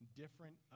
different